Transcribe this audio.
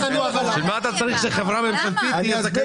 למה אתה צריך שחברה ממשלתית תהיה זכאית להטבות?